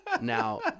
Now